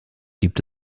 gibt